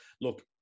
look